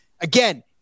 again